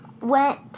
went